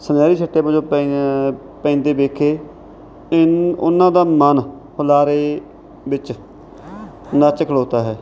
ਸੁਨਹਿਰੀ ਸਿੱਟੇ ਵਜੋਂ ਪੇਈਆਂ ਪੈਂਦੇ ਵੇਖੇ ਇਹਨਾਂ ਉਨ੍ਹਾਂ ਦਾ ਮਨ ਹੁਲਾਰੇ ਵਿੱਚ ਨੱਚ ਖਲੋਤਾ ਹੈ